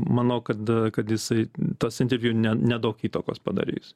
manau kad kad jisai tas interviu ne nedaug įtakos padarys